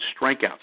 strikeouts